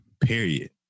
Period